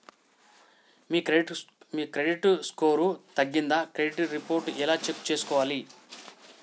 మీ credit score తగ్గిందా credit report ఎలా check చేసుకోవాలి?